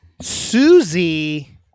Susie